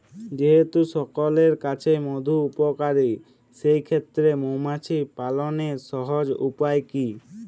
যেহেতু সকলের কাছেই মধু উপকারী সেই ক্ষেত্রে মৌমাছি পালনের সহজ উপায় কি?